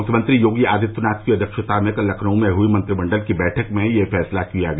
मुख्यमंत्री योगी आदित्यनाथ की अध्यक्षता में कल लखनऊ में हुई मंत्रिमंडल की बैठक में यह फैसला किया गया